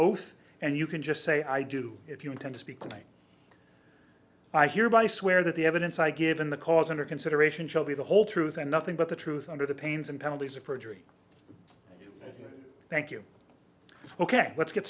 oath and you can just say i do if you intend to speak with me i hereby swear that the evidence i give in the cause under consideration shall be the whole truth and nothing but the truth under the pains and penalties of perjury thank you ok let's get